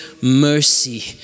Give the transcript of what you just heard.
mercy